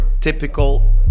typical